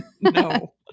No